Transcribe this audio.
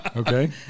Okay